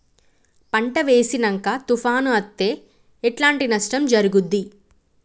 పంట వేసినంక తుఫాను అత్తే ఎట్లాంటి నష్టం జరుగుద్ది?